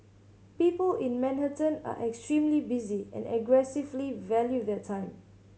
people in Manhattan are extremely busy and aggressively value their time